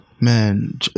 Man